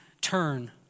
turn